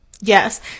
Yes